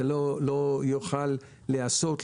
זה לא יוכל להיעשות,